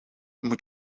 moet